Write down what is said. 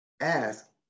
Ask